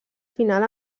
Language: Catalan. final